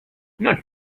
not